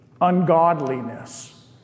ungodliness